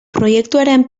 proiektuaren